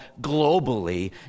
globally